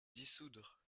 dissoudre